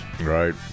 Right